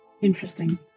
interesting